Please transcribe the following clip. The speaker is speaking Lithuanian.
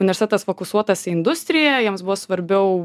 universitetas fokusuotas į industriją jiems buvo svarbiau